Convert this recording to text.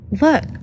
look